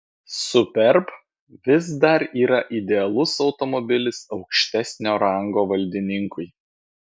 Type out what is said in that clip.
superb vis dar yra idealus automobilis aukštesnio rango valdininkui